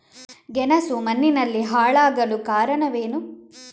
ಗೆಣಸು ಮಣ್ಣಿನಲ್ಲಿ ಹಾಳಾಗಲು ಕಾರಣವೇನು?